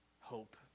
Hope